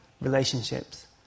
relationships